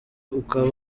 akaba